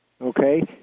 okay